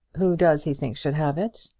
who does he think should have it?